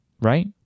right